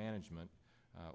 management